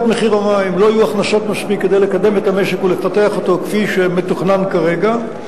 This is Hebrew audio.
לא יהיו הכנסות מספיק כדי לקדם את המשק ולפתח אותו כפי שמתוכנן כרגע,